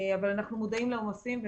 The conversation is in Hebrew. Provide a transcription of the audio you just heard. אבל אנחנו מודעים לעומסים.